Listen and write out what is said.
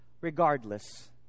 regardless